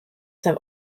have